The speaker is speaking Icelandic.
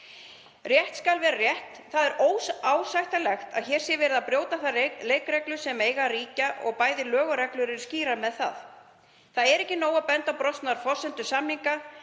Rétt skal vera rétt. Það er óásættanlegt að hér sé verið að brjóta þær leikreglur sem eiga að ríkja og bæði lög og reglur eru skýrar með það. Það er ekki nóg að benda á brostnar forsendur samninga.